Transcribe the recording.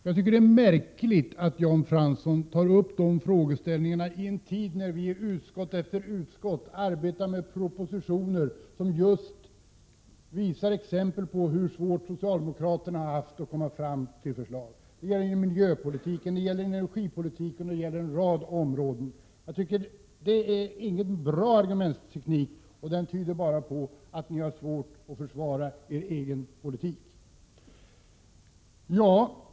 Jag tycker att det är märkligt att Jan Fransson tar upp de frågeställningarna i en tid när vi i utskott efter utskott arbetar med propositioner som just visar exempel på hur svårt socialdemokraterna har haft att komma fram till förslag; det gäller miljöpolitik, energipolitik och en rad andra områden. Det är ingen bra argumentteknik. Den tyder bara på att ni har svårt att försvara er egen politik.